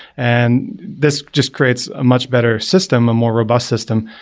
and this just creates a much better system, a more robust system.